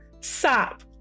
sap